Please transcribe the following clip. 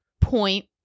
point